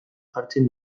jartzen